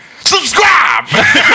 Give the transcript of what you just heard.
Subscribe